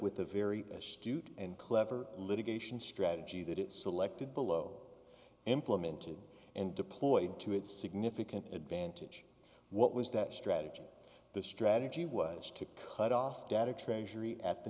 with the very astute and clever litigation strategy that it selected below implemented and deployed to its significant advantage what was that strategy the strategy was to cut off data treasury at the